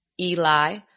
Eli